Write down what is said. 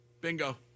Bingo